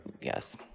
Yes